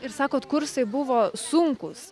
ir sakot kursai buvo sunkūs